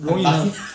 容易吗